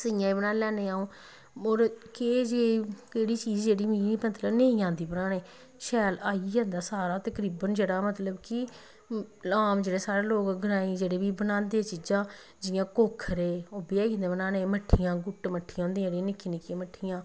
सियां बी बनाई लैन्नी अ'ऊं होर केह् जे केह्ड़ी चीज़ मतलब नेईं औंदा बनाने गी शैल आई गै जंदा तकरीवन जेह्ड़ा मतलव कि आम जोेह्ड़े साढ़े लोग ग्राएं जेह्ड़े बी बनांदे चीजां जियां कोखरे एह् कि'यां बनाने मट्ठियां मट्ठियां होंदियां जेह्ड़ियां निक्कियां निक्कियां मट्ठियां